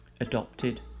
adopted